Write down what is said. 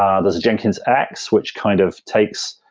um there's jenkins x, which kind of takes,